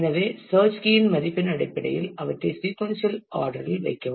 எனவே search key இன் மதிப்பின் அடிப்படையில் அவற்றை சீக்கொன்சியல் ஆர்டர் இல் வைக்கவும்